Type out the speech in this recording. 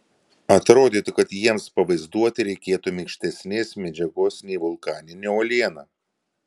atrodytų kad jiems pavaizduoti reikėtų minkštesnės medžiagos nei vulkaninė uoliena